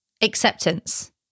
acceptance